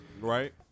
Right